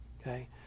Okay